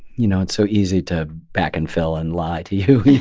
you know, it's so easy to backfill and lie to you,